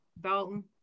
Dalton